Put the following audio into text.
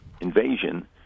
invasion